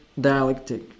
dialectic